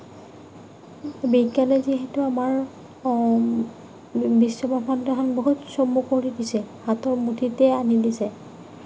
বিজ্ঞানে যিহেতু আমাৰ বিশ্ব ব্ৰহ্মাণ্ডখন বহুত চমু কৰি দিছে হাতৰ মুঠিতে আনি দিছে